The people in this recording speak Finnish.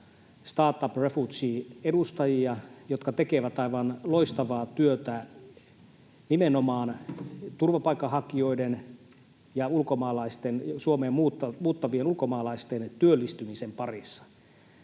Startup Refugeesin edustajia, jotka tekevät aivan loistavaa työtä nimenomaan turvapaikanhakijoiden ja Suomeen muuttavien ulkomaalaisten työllistymisen parissa.